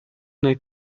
nel